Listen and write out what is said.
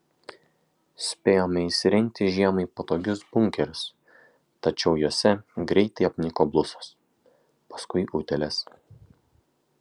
spėjome įsirengti žiemai patogius bunkerius tačiau juose greitai apniko blusos paskui utėlės